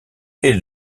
est